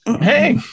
Hey